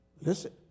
Listen